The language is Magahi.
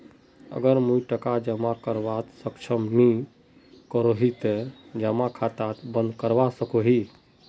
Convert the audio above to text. अगर मुई टका जमा करवात सक्षम नी करोही ते जमा खाता बंद करवा सकोहो ही?